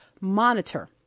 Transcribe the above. monitor